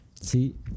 see